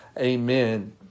Amen